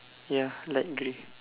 ya light grey